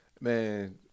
Man